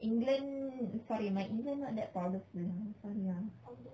england sorry my england not that powderful sorry ah